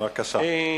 בבקשה.